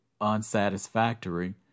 unsatisfactory